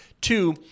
two